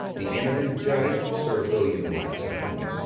the eminent judge, sir william blackstone,